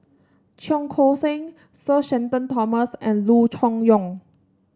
Cheong Koon Seng Sir Shenton Thomas and Loo Choon Yong